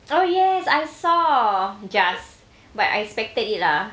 oh yes I saw just I but I expected it lah